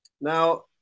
Now